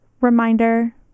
Reminder